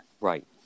Right